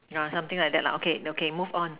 yeah something like that lah okay okay move on